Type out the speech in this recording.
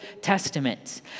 Testament